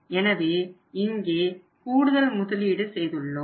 எனவே இங்கே கூடுதல் முதலீடு செய்துள்ளோம்